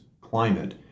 climate